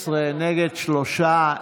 בעד, 12, נגד, שלושה.